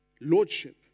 Lordship